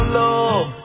love